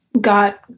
Got